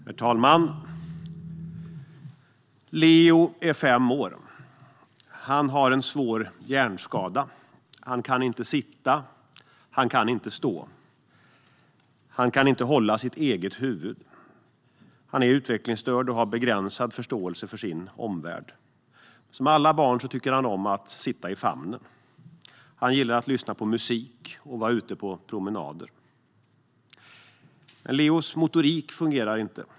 Herr talman! Leo är fem år. Han har en svår hjärnskada. Han kan inte sitta. Han kan inte stå. Han kan inte hålla uppe sitt eget huvud. Han är utvecklingsstörd och har begränsad förståelse för sin omvärld. Som alla barn tycker Leo om att sitta i famnen. Han gillar att lyssna på musik och att vara ute på promenader. Men Leos motorik fungerar inte.